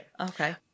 Okay